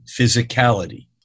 physicality